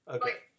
Okay